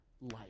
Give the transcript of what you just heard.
life